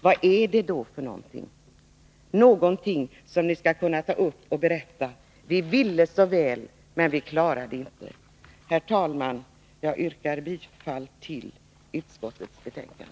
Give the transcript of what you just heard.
Vad är det då för någonting som ni skall kunna ta upp och berätta: Vi ville så väl, men vi klarade det inte. Herr talman! Jag yrkar bifall till utskottets hemställan.